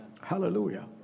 Hallelujah